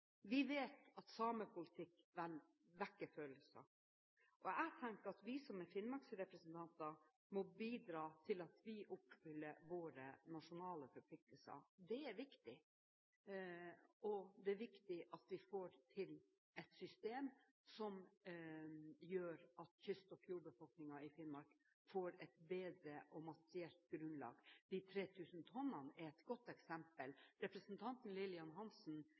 vet at samepolitikk vekker følelser. Jeg tenker at vi som er Finnmarks representanter, må bidra til at vi oppfyller våre nasjonale forpliktelser – det er viktig. Det er viktig at vi får til et system som gjør at kyst- og fjordbefolkningen i Finnmark får et bedre materielt grunnlag. De 3 000 tonnene er et godt eksempel. Representanten Lillian Hansen